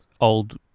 old